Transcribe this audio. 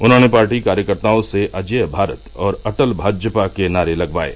उन्होंने पार्टी कार्यकर्ताओं से अजेय भारत और अटल भाजपा के नारे लगवाये